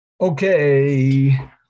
Okay